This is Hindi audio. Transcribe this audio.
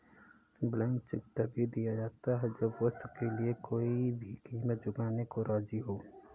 ब्लैंक चेक तभी दिया जाता है जब वस्तु के लिए कोई भी कीमत चुकाने को राज़ी हो